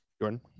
jordan